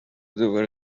دوباره